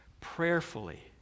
prayerfully